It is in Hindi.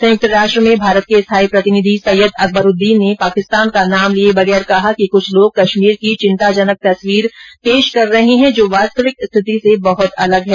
संयुक्त राष्ट्र में भारत के स्थायी प्रतिनिधि सैयद अकबरुद्दीन ने पाकिस्तान का नाम लिए बगैर कहा कि कुछ लोग कश्मीर की चिन्ताजनक तस्वीर पेश कर रहे हैं जो वास्तविक स्थिति से बहुत अलग है